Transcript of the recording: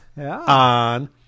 on